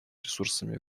ресурсами